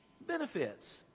benefits